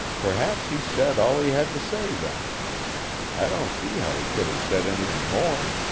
perhaps he said all he had to say then i don't see how he could have said anything more.